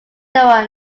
joan